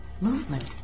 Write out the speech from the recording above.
Movement